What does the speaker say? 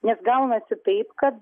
nes gaunasi taip kad